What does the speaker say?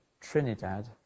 Trinidad